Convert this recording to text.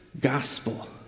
gospel